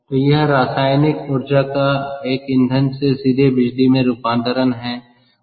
तो यह रासायनिक ऊर्जा का एक ईंधन से सीधे बिजली में रूपांतरण है